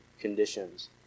conditions